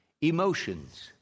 emotions